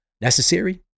necessary